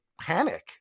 panic